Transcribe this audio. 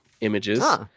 images